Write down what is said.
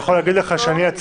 אני יכול לספר לך שיצאתי